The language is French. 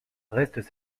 restent